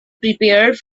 prepared